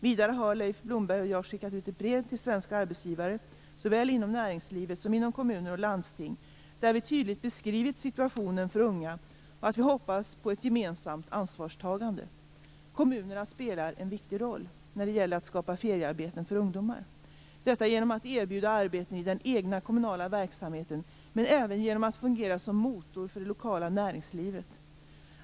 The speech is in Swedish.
Vidare har Leif Blomberg och jag skickat ut ett brev till svenska arbetsgivare, såväl inom näringslivet som inom kommuner och landsting, där vi tydligt beskrivit situationen för unga och sagt att vi hoppas på ett gemensamt ansvarstagande. Kommunerna spelar en viktig roll när det gäller att skapa feriearbeten för ungdomar genom att erbjuda arbeten i den egna kommunala verksamheten men även genom att fungera som motor för det lokala näringslivet.